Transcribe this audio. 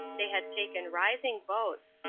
they had taken rising votes,